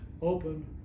open